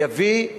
יביא,